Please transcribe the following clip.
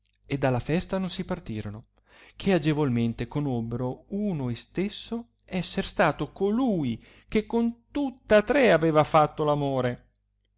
e dalla festa non si partirono che agevolmente conobbero uno istesso esser stato colui che con tutta tre aveva fatto